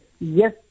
Yes